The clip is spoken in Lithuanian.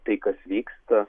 tai kas vyksta